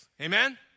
Amen